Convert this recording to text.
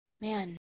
man